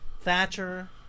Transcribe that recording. Thatcher